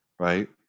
right